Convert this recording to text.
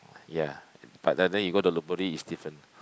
ya but the then you go to Lopburi is different